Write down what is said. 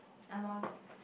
yalor